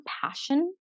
passion